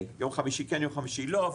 שני יום חמישי כן ויום חמישי לא.